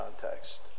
context